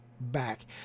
back